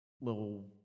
little